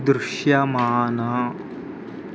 దృశ్యమాన